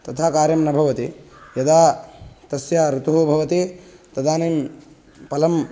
तथा कार्यं न भवति यदा तस्य ऋतुः भवति तदानीं फलं